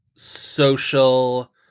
Social